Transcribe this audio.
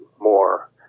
more